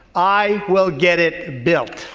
i will get it built